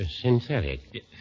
Synthetic